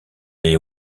les